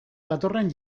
datorren